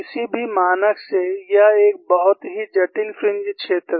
किसी भी मानक से यह एक बहुत ही जटिल फ्रिंज क्षेत्र है